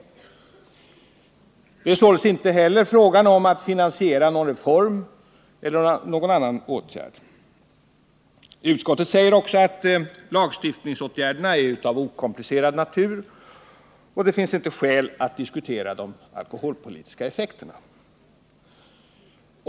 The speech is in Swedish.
Det är således inte heller fråga om att finansiera någon reform eller annan åtgärd. Utskottet anför också att lagstiftningsåtgärderna är av okomplicerad natur och att det inte finns skäl att diskutera de alkoholpolitiska effekterna.